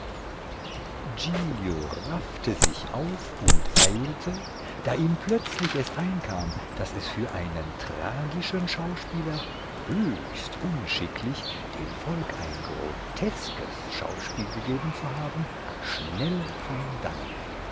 raffte sich auf und eilte da ihm plötzlich es einkam daß es für einen tragischen schauspieler höchst unschicklich dem volk ein groteskes schauspiel gegeben zu haben schnell von dannen